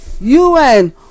un